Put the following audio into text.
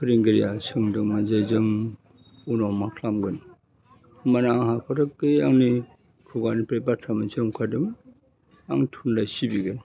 फोरोंगिरिया सोंदोंमोन जे जों उनाव मा खालामगोन होमबानो पटकखै आंनि खुगानिफ्राय बाथ्रा मोनसे अंखारदोंमोन आं थुनलाइ सिबिगोन